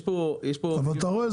יש פה --- אבל אתה רואה,